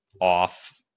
off